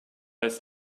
ist